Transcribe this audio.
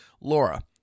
Laura